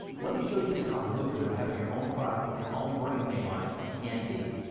let me show you just how lucrative having your own product with your own brand name on it can be.